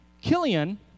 Killian